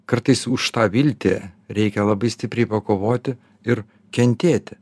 kartais už tą viltį reikia labai stipriai pakovoti ir kentėti